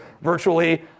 virtually